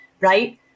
right